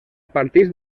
partits